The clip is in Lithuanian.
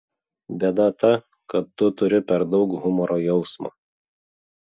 bėda ta kad tu turi per daug humoro jausmo